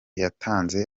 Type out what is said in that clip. yatanze